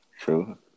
True